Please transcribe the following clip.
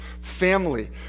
family